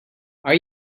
are